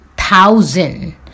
thousand